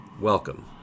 Welcome